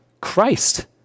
Christ